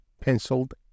penciled